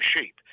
sheep